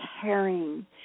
caring